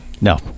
No